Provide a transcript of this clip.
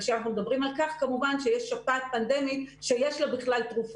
כאשר אנחנו מדברים על כך כמובן שיש שפעת פנדמית שיש לה תרופות.